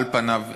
על פני הדברים,